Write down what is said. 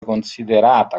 considerata